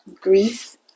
grief